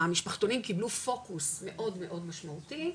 המשפחתונים קיבלו פוקוס מאוד מאוד משמעותי,